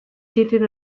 sitting